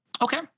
Okay